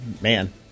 Man